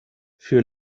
für